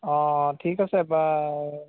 অঁ ঠিক আছে বাৰু